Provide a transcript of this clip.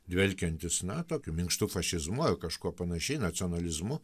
dvelkiantys na tokiu minkštu fašizmu ar kažkuo panašiai nacionalizmu